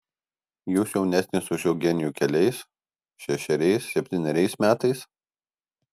jūs jaunesnis už eugenijų keliais šešeriais septyneriais metais